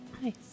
Nice